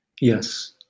Yes